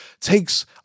takes